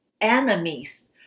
enemies